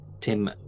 Tim